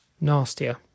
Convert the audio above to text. Nastier